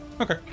Okay